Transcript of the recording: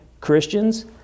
Christians